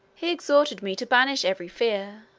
he exhorted me to banish every fear,